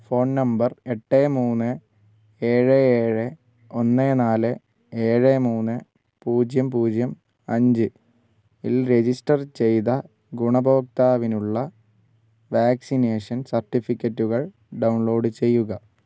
phone number എട്ട് മൂന്ന് ഏഴ് ഏഴ് ഒന്ന് നാല് ഏഴ് മൂന്ന് പൂജ്യം പൂജ്യം അഞ്ചിൽ ൽ രജിസ്റ്റർ ചെയ്ത ഗുണഭോക്താവിനുള്ള വാക്സിനേഷൻ സർട്ടിഫിക്കറ്റുകൾ ഡൗൺലോഡ് ചെയ്യുക